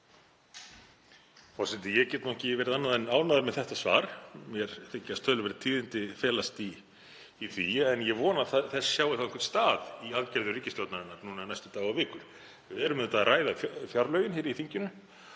Forseti. Ég get ekki verið annað en ánægður með þetta svar. Mér þykja töluverð tíðindi felast í því. En ég vona að þess sjái þá stað í aðgerðum ríkisstjórnarinnar núna næstu daga og vikur. Við erum auðvitað að ræða fjárlögin í þinginu